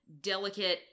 delicate